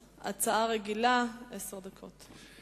רגילה, עשר דקות.